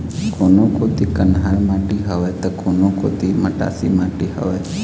कोनो कोती कन्हार माटी हवय त, कोनो कोती मटासी माटी हवय